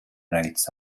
rates